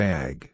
Bag